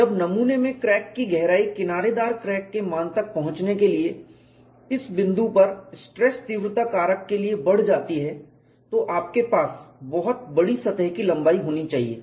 जब नमूने में क्रैक की गहराई किनारेदार क्रैक के मान तक पहुंचने के लिए इस बिंदु पर स्ट्रेस तीव्रता कारक के लिए बढ़ जाती है तो आपके पास बहुत बड़ी सतह की लंबाई होनी चाहिए